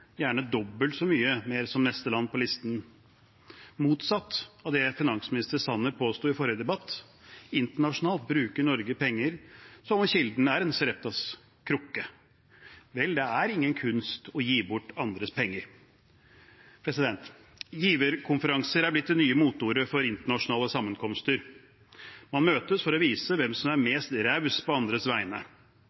gjerne dobbelt så mye som neste land på listen, motsatt av det finansminister Sanner påsto i forrige debatt. Internasjonalt bruker Norge penger som om kilden er en Sareptas krukke. Vel, det er ingen kunst å gi bort andres penger. Giverkonferanser har blitt det nye moteordet for internasjonale sammenkomster. Man møtes for å vise hvem som er mest raus på andres vegne.